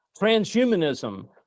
Transhumanism